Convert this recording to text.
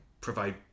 provide